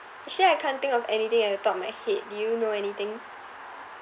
actually I can't think of anything at the top of my head do you know anything